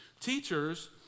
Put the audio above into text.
teachers